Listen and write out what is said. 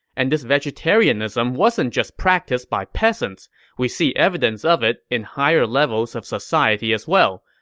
and this vegetarianism wasn't just practiced by peasants we see evidence of it in higher levels of society as well.